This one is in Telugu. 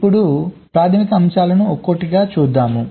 ఇప్పుడు ప్రాథమిక అంశాలను ఒక్కొక్కటిగా చూద్దాం